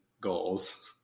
goals